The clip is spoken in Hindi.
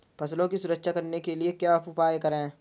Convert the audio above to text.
फसलों की सुरक्षा करने के लिए क्या उपाय करें?